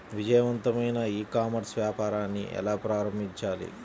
విజయవంతమైన e commerce వ్యాపారాన్ని ఎలా ప్రారంభించాలి?